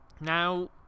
Now